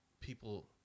People